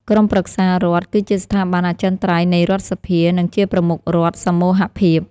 ក្រុមប្រឹក្សារដ្ឋ គឺជាស្ថាប័នអចិន្ត្រៃយ៍នៃរដ្ឋសភា និងជាប្រមុខរដ្ឋសមូហភាព។